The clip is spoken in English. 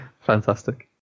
Fantastic